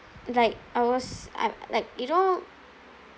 like I was I'm like you know